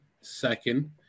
second